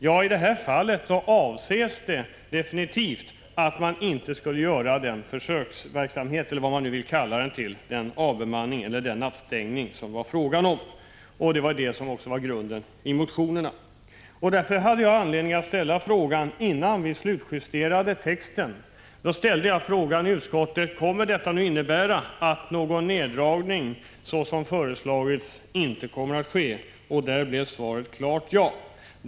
Ja, i det här fallet avsågs absolut att man inte skulle genomföra den försöksverksamhet eller vad man vill kalla det, den avbemanning eller nattstängning, som det var fråga om. Detta var också grunden i motionerna. Innan vi slutjusterade betänkandet ställde jag denna fråga i skatteutskottet: Kommer detta att innebära att någon sådan neddragning som föreslagits inte kommer att ske? Svaret blev ett klart ja.